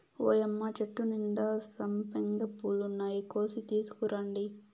ఓయ్యమ్మ చెట్టు నిండా సంపెంగ పూలున్నాయి, కోసి తీసుకురండి